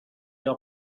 are